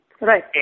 right